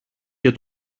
και